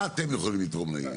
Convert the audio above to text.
מה אתם יכולים לתרום?